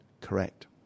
correct